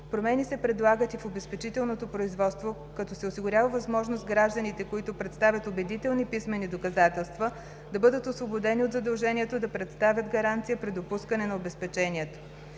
Промени се предлагат и в обезпечителното производство, като се осигурява възможност гражданите, които представят убедителни писмени доказателства, да бъдат освободени от задължението да представят гаранция при допускане на обезпечението.